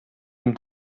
dem